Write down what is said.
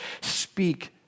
speak